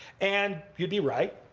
and you'd be right.